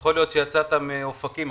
יכול להיות שיצאת מאופקים,